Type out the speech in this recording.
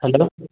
hello